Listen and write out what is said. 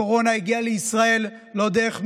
הקורונה הגיעה לישראל לא דרך מצרים,